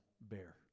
bear